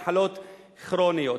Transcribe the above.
מחלות כרוניות.